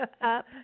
up